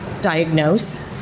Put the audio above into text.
diagnose